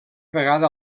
vegada